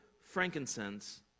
frankincense